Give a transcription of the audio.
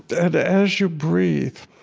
and as you breathe,